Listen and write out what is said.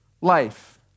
life